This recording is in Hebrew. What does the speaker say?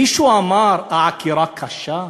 מישהו אמר "העקירה קשה"?